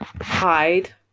hide